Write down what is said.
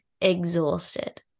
exhausted